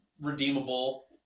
redeemable